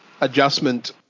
adjustment